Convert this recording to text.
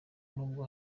nubwo